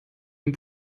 dem